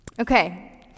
Okay